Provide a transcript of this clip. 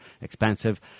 expensive